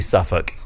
Suffolk